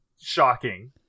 Shocking